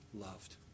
loved